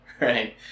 right